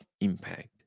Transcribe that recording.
impact